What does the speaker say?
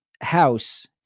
house